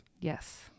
Yes